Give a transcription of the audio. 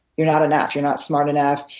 you're not enough, you're not smart enough,